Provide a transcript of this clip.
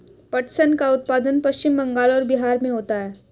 पटसन का उत्पादन पश्चिम बंगाल और बिहार में होता है